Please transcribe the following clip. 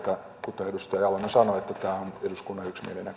kuten edustaja jalonen sanoi että tämä on eduskunnan yksimielinen kannanotto